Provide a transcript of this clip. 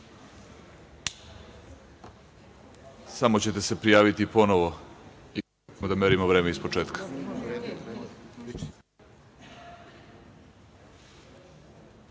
Samo ćete se prijaviti ponovo. Merićemo vreme ispočetka.